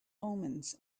omens